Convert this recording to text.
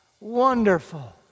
Wonderful